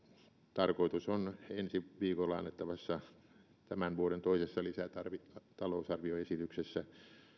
tarkoitus on ensi viikolla annettavassa tämän vuoden toisessa lisätalousarvioesityksessä